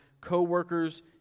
co-workers